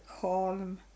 calm